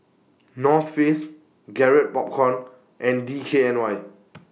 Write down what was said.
North Face Garrett Popcorn and D K N Y